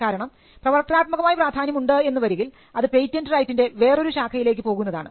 കാരണം പ്രവർത്തനാത്മകമായി പ്രാധാന്യമുണ്ട് എന്ന വരികിൽ അത് പേറ്റന്റ് റൈറ്റിൻറെ വേറൊരു ശാഖയിലേക്ക് പോകുന്നതാണ്